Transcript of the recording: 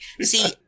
See